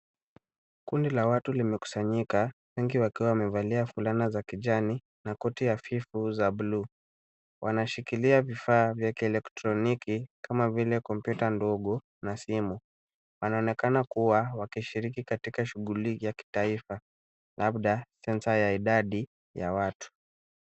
Kundi la watu limekusanyika, wengi wakiwa wamelia fulana za kijani, na koti hafifu za blue .Wanashikila vifaa vya kielektroniki, kama vile computer ndogo na simu. Anaonekana kuwa wakishiriki katika shughuli ya kitaifa labda senza ya idadi ya watu.